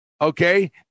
Okay